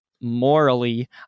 morally